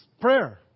prayer